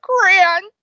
Grant